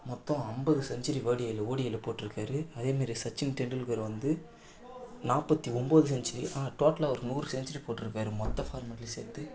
மொத்தம் ஐம்பது செஞ்சுரி வேடியல்ல ஒடிஐல்ல போட்ருக்கார் அதே மாதிரி சச்சின் டெண்டுல்கர் வந்து நாற்பத்தி ஒம்பது செஞ்சுரி டோட்டலாக ஒரு நூறு செஞ்சுரி போட்ருக்கார் மொத்த ஃபார்மட்டில் சேர்த்து